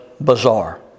bizarre